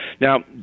Now